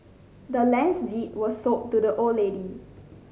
the land's deed was sold to the old lady